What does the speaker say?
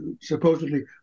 supposedly